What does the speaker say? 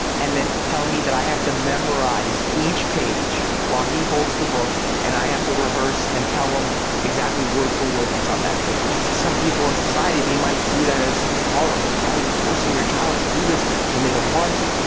and then tell me that i have to memorize each page while he holds the book, and i have to rehearse and tell him exactly word for word what's on that page. to some people in society they might see that as something horrible. oh you're forcing your child to do this when they don't want to.